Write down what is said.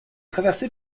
traversé